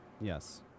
Yes